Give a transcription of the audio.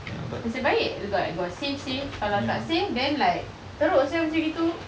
nasib baik got save save kalau tak save then like teruk sia macam gitu